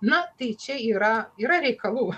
na tai čia yra yra reikalų